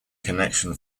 connection